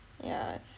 yah